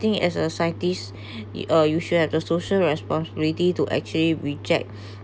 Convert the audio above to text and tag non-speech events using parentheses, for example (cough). think as a scientist (breath) uh you should have the social responsibility to actually reject